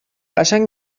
قشنگ